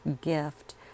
gift